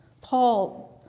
Paul